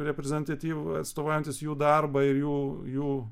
reprezentatyvų atstovaujantis jų darbą ir jų jų